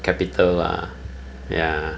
capital lah ya